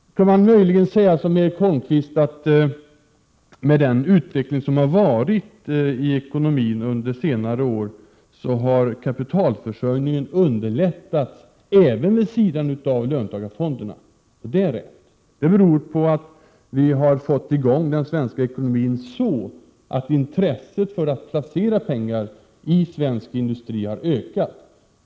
Nu kan man möjligen säga som Erik Holmkvist gör, nämligen att med den utveckling som har varit i ekonomin under senare år har kapitalförsörjningen underlättats även vid sidan av löntagarfonderna. Det är rätt. Det beror på att vi har fått i gång den svenska ekonomin så, att intresset för att placera pengar i svensk industri har ökat.